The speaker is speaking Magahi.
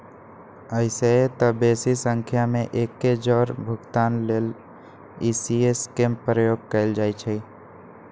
अइसेए तऽ बेशी संख्या में एके जौरे भुगतान लेल इ.सी.एस के प्रयोग कएल जाइ छइ